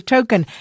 Token